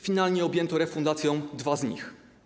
Finalnie objęto refundacją dwa z nich.